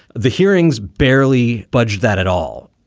the hearings barely budged that at all,